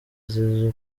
zizou